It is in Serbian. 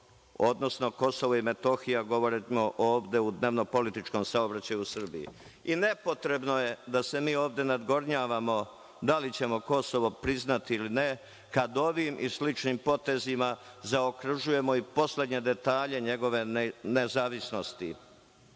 odnosno Kosovo i Metohija, govorimo ovde u dnevno-političkom saobraćaju u Srbiji. I nepotrebno je da se mi ovde nadgornjavamo da li ćemo Kosovo priznati ili ne, kada ovim i sličnim potezima zaokružujemo i poslednje detalje njegove nezavisnosti. Ne